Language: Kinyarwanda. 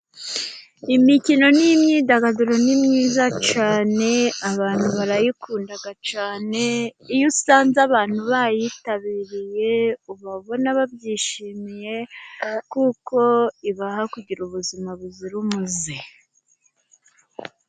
Imikino n'imyidagaduro ni myiza cyane. Abantu barayikunda cyane. Iyo usanze abantu bayitabiriye uba ubona babyishimiye kuko ibaha kugira ubuzima buzira umuze.